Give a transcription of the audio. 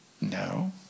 No